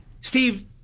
Steve